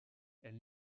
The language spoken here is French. elle